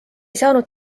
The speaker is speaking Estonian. saanud